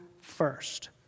first